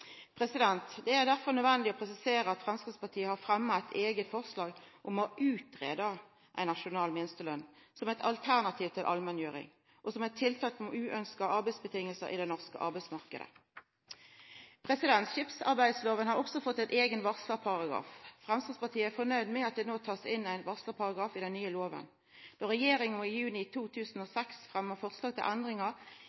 Det er derfor nødvendig å presisera at Framstegspartiet har fremma eit eige forslag om å utgreia ei nasjonal minstelønn som eit alternativ til allmenngjering og som eit tiltak mot uønskte arbeidsvilkår i den norske arbeidsmarknaden. Skipsarbeidsloven har også fått ein eigen «varslarparagraf». Framstegspartiet er fornøgd med at det no blir tatt inn ein varslarparagraf i den nye loven. Då regjeringa i juni 2006 fremma forslag til endringar i